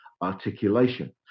articulation